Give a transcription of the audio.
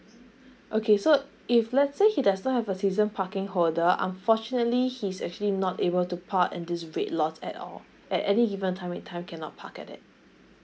okay so if let's say he does not have a season parking holder unfortunately he's actually not able to park at this red lot at all at any given time in time cannot park at that